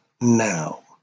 Now